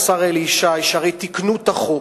שהרי תיקנו את החוק.